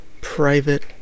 private